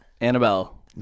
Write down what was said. Annabelle